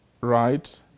right